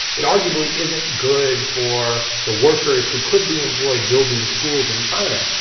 it arguably isn't good for the workers who could be employed building schools in china,